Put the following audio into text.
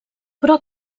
però